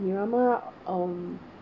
miramar um